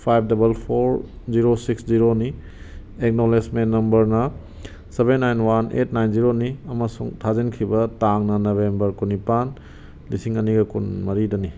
five double four zero six ꯖꯤꯔꯣꯅꯤ ꯑꯦꯛꯅꯣꯂꯦꯁꯃꯦꯟ ꯅꯝꯕꯔꯅ seven nine one eight nine ꯖꯤꯔꯣꯅꯤ ꯑꯃꯁꯨꯡ ꯊꯥꯖꯤꯟꯈꯤꯕ ꯇꯥꯡꯅ ꯅꯕꯦꯝꯕꯔ ꯀꯨꯟꯅꯤꯄꯥꯜ ꯂꯤꯁꯤꯡ ꯑꯅꯤꯒ ꯀꯨꯟ ꯃꯔꯤꯗꯅꯤ